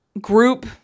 group